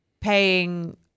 paying